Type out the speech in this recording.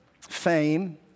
fame